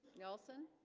nelson